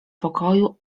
pokoju